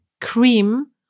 cream